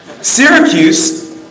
Syracuse